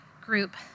group